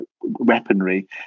weaponry